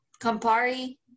Campari